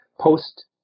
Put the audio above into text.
post